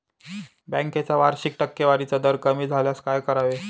बँकेचा वार्षिक टक्केवारीचा दर कमी झाल्यास काय करावे?